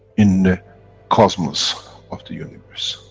in the cosmos of the universe.